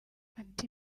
ati